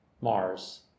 Mars